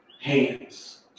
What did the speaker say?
hands